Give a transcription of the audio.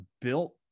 built